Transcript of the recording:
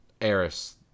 Eris